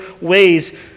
ways